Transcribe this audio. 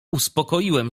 uspokoiłem